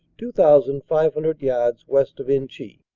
two thousand five hundred yards west of inchy.